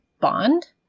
bond